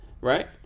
right